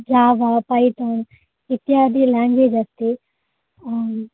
Java Python इत्यादि language अस्ति